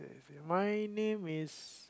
my name is